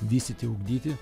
vystyti ugdyti